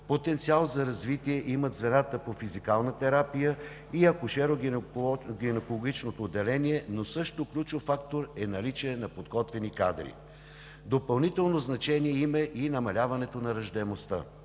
Потенциал за развитие имат звената по „Физикална терапия“ и „Акушеро-гинекологично“ отделение, но също ключов фактор е наличието на подготвени кадри. Допълнително значение има и намаляването на раждаемостта.